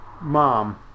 mom